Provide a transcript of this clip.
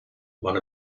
one